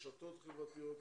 רשתות חברתיות,